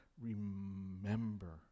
remember